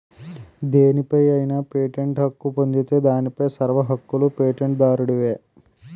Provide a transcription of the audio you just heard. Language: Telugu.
దేనిపై అయినా పేటెంట్ హక్కు పొందితే దానిపై సర్వ హక్కులూ పేటెంట్ దారుడివే